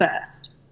first